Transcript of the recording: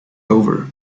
over